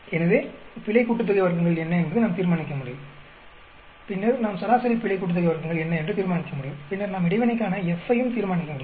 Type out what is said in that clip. எனவே பிழை கூட்டுத்தொகை வர்க்கங்கள் என்ன என்பதை நாம் தீர்மானிக்க முடியும் பின்னர் நாம் சராசரி பிழை கூட்டுத்தொகை வர்க்கங்கள் என்ன என்று தீர்மானிக்க முடியும் பின்னர் நாம் இடைவினைக்கான F ஐயும் தீர்மானிக்க முடியும்